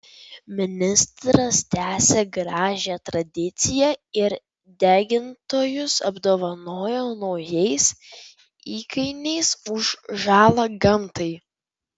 ministras tęsė gražią tradiciją ir degintojus apdovanojo naujais įkainiais už žalą gamtai